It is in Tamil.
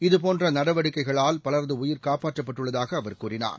இதபோன்ற நடவடிக்கைகளால் பலரது உயிர் காப்பாற்றப்பட்டுள்ளதாக அவர் கூறினார்